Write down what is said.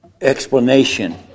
explanation